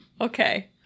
okay